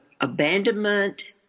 abandonment